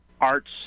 arts